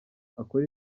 akore